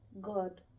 God